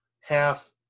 half